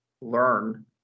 learn